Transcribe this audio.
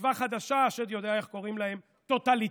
תקווה חדשה, השד יודע איך קוראים להם, טוטליטרית,